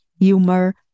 Humor